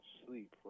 sleep